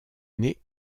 née